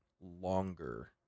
longer